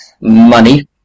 money